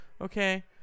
Okay